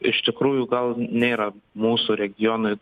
iš tikrųjų gal nėra mūsų regionui